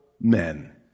men